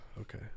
Okay